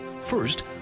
first